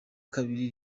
kabiri